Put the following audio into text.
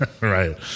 Right